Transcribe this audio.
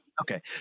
Okay